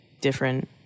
different